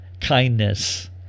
kindness